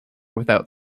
without